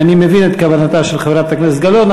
ואני מבין את כוונתה של חברת הכנסת גלאון,